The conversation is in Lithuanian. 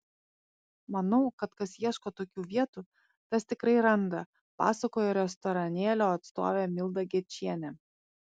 manau kad kas ieško tokių vietų tas tikrai randa pasakojo restoranėlio atstovė milda gečienė